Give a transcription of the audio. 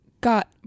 got